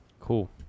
Cool